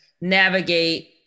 navigate